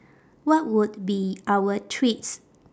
what would be our treats